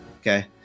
Okay